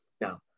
Now